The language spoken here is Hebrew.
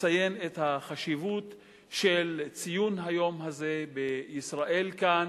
לציין את החשיבות של ציון היום הזה בישראל, כאן,